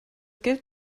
geld